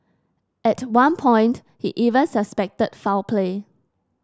at one point he even suspected foul play